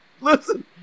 listen